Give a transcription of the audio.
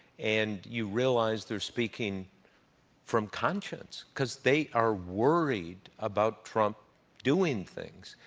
and you realize they're speaking from conscience because they are worried about trump doing things,